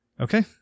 Okay